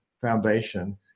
foundation